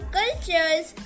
cultures